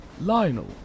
Lionel